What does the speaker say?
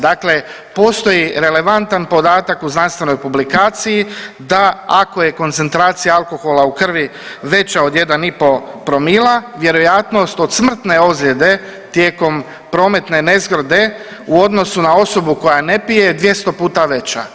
Dakle postoji relevantan podatak u znanstvenoj publikaciji da ako je koncentracija alkohola u krvi veća od 1,5 promila, vjerojatnost od smrtne ozljede tijekom prometne nezgode u odnosu na osobu koja ne pije je 200 puta veća.